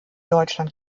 deutschland